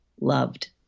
loved